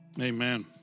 Amen